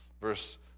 Verse